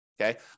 Okay